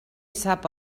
sap